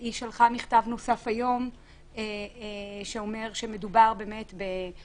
והיא שלחה מכתב נוסף היום שאומר שמדובר בקושי